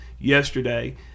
yesterday